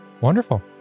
Wonderful